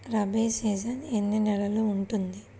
Rabi season ఎన్ని నెలలు ఉంటుంది?